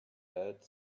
had